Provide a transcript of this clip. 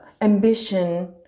ambition